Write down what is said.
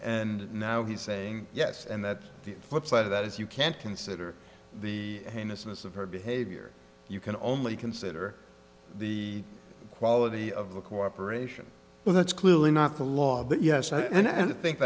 and now he's saying yes and that the flip side of that is you can't consider the heinousness of her behavior you can only consider the quality of the cooperation well that's clearly not the law but yes i do and i think